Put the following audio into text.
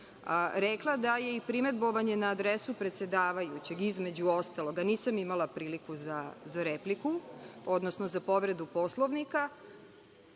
rekla da je i primedbovanje na adresu predsedavajućeg, između ostalog, a nisam imala priliku za repliku, odnosno za povredu Poslovnika.